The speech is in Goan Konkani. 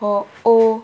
हो ओ